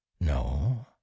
No